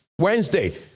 Wednesday